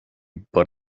but